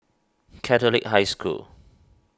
Catholic High School